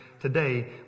today